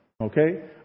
Okay